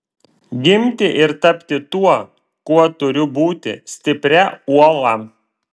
gimti ir tapti tuo kuo turiu būti stipria uola